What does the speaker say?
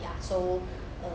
ya so uh